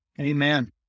Amen